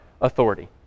authority